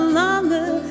longer